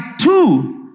two